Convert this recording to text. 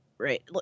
Right